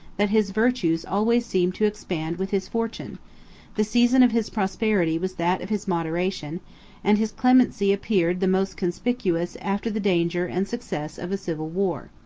that his virtues always seemed to expand with his fortune the season of his prosperity was that of his moderation and his clemency appeared the most conspicuous after the danger and success of a civil war.